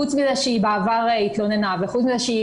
חוץ מזה שהיא בעבר התלוננה וחוץ מזה שהיא